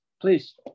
Please